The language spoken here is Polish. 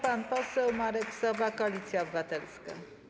Pan poseł Marek Sowa, Koalicja Obywatelska.